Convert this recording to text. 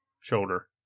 shoulder